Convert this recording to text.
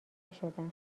شدم